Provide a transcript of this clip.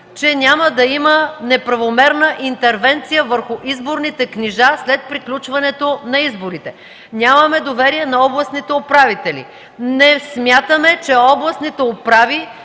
че няма да има неправомерна интервенция върху изборните книжа след приключването на изборите. Нямаме доверие на областните управители. Не смятаме, че областните управи